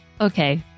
Okay